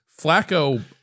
Flacco